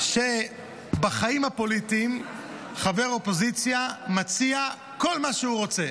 שבחיים הפוליטיים חבר אופוזיציה מציע כל מה שהוא רוצה.